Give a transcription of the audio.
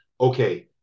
okay